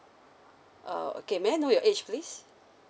uh okay may I know your age please